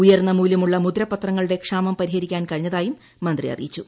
ഉയർന്ന മൂല്യമുള്ള മുദ്രപത്രങ്ങളുടെ ക്ഷാമം പരിഹരിക്കാൻ കഴിഞ്ഞതായും മന്ത്രി അറിയിച്ചു